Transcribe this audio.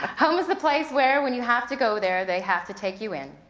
home is the place where, when you have to go there, they have to take you in.